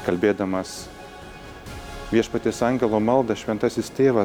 kalbėdamas viešpaties angelo maldą šventasis tėvas